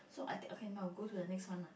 so I take okay no go to the next one lah